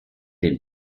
den